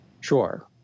Sure